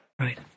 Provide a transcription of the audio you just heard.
Right